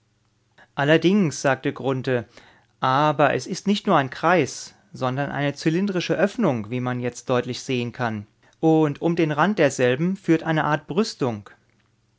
allerdings sagte grunthe aber es ist nicht nur ein kreis sondern eine zylindrische öffnung wie man jetzt deutlich sehen kann und um den rand derselben führt eine art brüstung